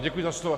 Děkuji za slovo.